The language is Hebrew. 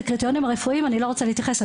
את הקריטריונים הרפואיים אני לא רוצה להתייחס,